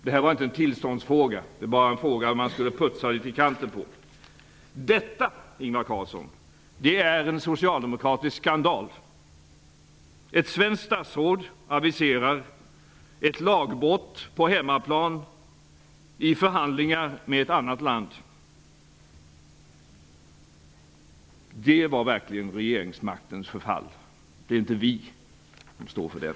Det var inte en tillståndsfråga -- det var bara en fråga som man skulle putsa litet i kanten på. Detta, Ingvar Carlsson, är en socialdemokratisk skandal! Ett svenskt statsråd aviserar ett lagbrott på hemmaplan i förhandlingar med ett annat land. Det var verkligen regeringsmaktens förfall. Det är inte vi som står för den.